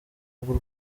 bw’u